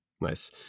Nice